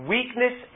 Weakness